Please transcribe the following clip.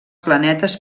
planetes